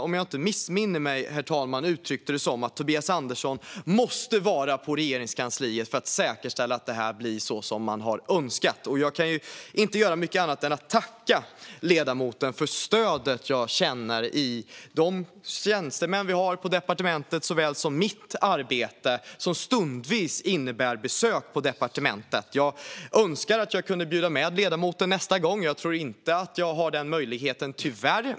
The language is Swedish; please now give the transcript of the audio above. Om jag inte missminner mig, herr talman, uttrycktes det som att Tobias Andersson måste vara på Regeringskansliet för att säkerställa att det här blir så som man har önskat. Jag kan inte göra mycket annat än att tacka ledamoten för stödet jag känner såväl för de tjänstemän vi har på departementet som för mitt arbete, vilket stundvis innebär besök på departementet. Jag önskar att jag kunde bjuda med ledamoten nästa gång, men jag tror tyvärr inte att jag har den möjligheten.